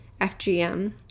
fgm